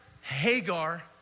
Hagar